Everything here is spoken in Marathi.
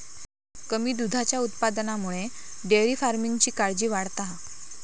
कमी दुधाच्या उत्पादनामुळे डेअरी फार्मिंगची काळजी वाढता हा